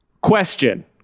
Question